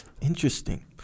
Interesting